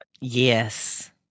Yes